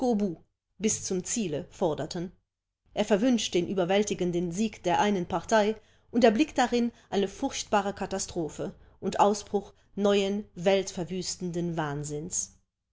bis zum ziele forderten er verwünscht den überwältigenden sieg der einen partei und erblickt darin eine furchtbare katastrophe und ausbruch neuen weltverwüstenden wahnsinns